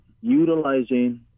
utilizing